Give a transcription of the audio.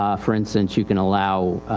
um for instance you can allow, ah,